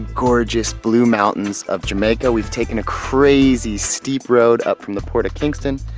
gorgeous blue mountains of jamaica. we've taken a crazy steep road up from the port of kingston,